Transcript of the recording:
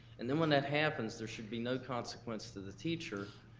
and then, when that happens, there should be no consequence to the teacher,